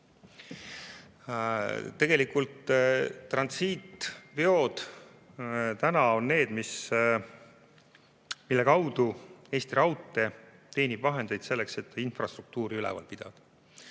Tegelikult on transiitveod need, millega Eesti Raudtee teenib vahendeid selleks, et infrastruktuuri üleval pidada.